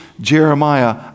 Jeremiah